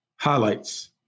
highlights